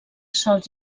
sols